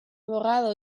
borrado